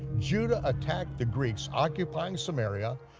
judah attacked the greeks occupying samaria,